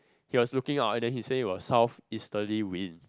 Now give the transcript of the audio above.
he was looking out and then he say it was south eastern winds